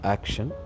Action